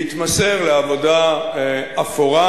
להתמסר לעבודה אפורה,